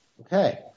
okay